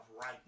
right